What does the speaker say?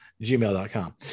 gmail.com